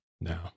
No